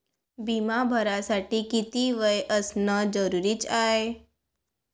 बिमा भरासाठी किती वय असनं जरुरीच हाय?